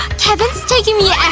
kevin's taking me and